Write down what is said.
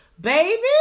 baby